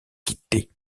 quitter